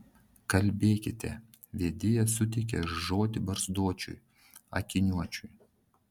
kalbėkite vedėja suteikė žodį barzdočiui akiniuočiui